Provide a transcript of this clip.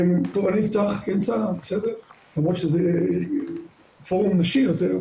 אני אפתח, למרות שזה פורום נשי יותר.